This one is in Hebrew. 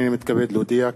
הנני מתכבד להודיע,